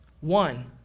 One